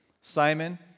Simon